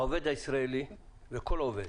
העובד הישראלי וכל עובד